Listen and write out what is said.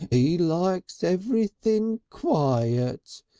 e likes everything quiet.